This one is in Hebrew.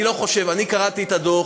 אני קראתי את הדוח.